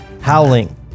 howling